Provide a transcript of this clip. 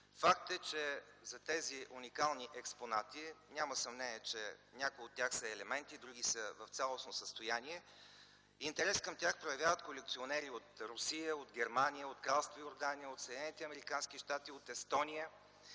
Факт е, че за тези уникални експонати няма съмнение, че някои от тях са елементи, други от тях са в цялостно състояние. Интерес към тях проявяват колекционери от Русия, от Германия, от Кралство Йордания, от Съединените